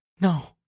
No